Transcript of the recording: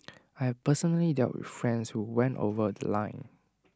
I've personally dealt with friends who went over The Line